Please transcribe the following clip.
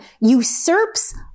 usurps